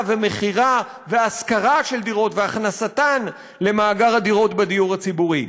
ומכירה והשכרה של דירות והכנסתן למאגר הדירות של הדיור הציבורי.